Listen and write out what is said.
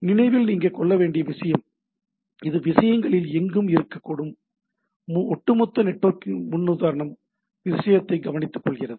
நினைவில் கொள்ள வேண்டிய ஒரு விஷயம் இது விஷயங்களில் எங்கும் இருக்கக்கூடும் ஒட்டுமொத்த நெட்வொர்க்கிங் முன்னுதாரணம் விஷயத்தை கவனித்துக்கொள்கிறது